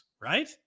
right